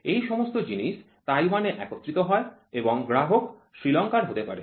এই সমস্ত জিনিস তাইওয়ানে একত্রিত হয় এবং গ্রাহক শ্রীলঙ্কার হতে পারে